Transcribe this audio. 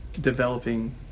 developing